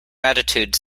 attitude